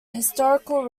historical